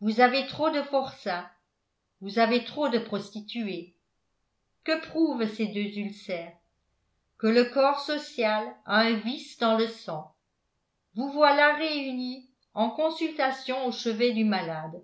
vous avez trop de forçats vous avez trop de prostituées que prouvent ces deux ulcères que le corps social a un vice dans le sang vous voilà réunis en consultation au chevet du malade